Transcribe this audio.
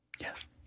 Yes